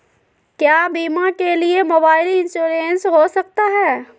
क्या बीमा के लिए मोबाइल इंश्योरेंस हो सकता है?